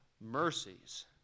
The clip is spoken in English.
mercies